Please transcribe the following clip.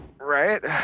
Right